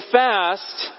fast